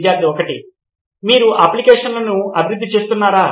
విద్యార్థి 1 మీరు అప్లికషన్ లను అభివృద్ధి చేస్తున్నారా